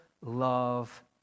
love